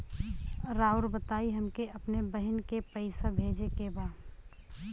राउर बताई हमके अपने बहिन के पैसा भेजे के बा?